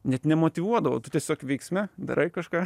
net nemotyvuodavo tu tiesiog veiksme darai kažką